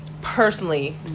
personally